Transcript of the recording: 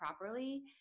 properly